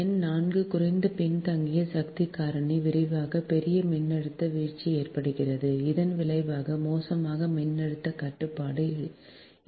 எண் 4 குறைந்த பின்தங்கிய சக்தி காரணி விளைவாக பெரிய மின்னழுத்த வீழ்ச்சி ஏற்படுகிறது இதன் விளைவாக மோசமான மின்னழுத்த கட்டுப்பாடு ஏற்படுகிறது